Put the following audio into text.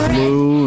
Blue